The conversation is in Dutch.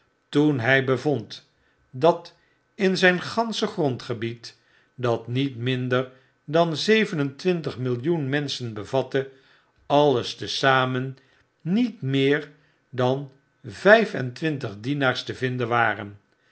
toen hij bevond dat in zyn gansche grondgebied dat niet minder dan zeven en twintig millioen menschen bevatte alles te zamen niet meer dan vijf en twintig dienaars tevinden waren